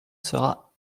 sera